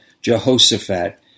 jehoshaphat